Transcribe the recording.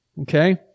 Okay